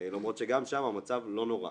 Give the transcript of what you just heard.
למרות שגם שם המצב לא נורא.